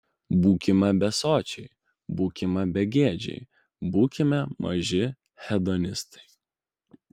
būkime besočiai būkime begėdžiai būkime maži hedonistai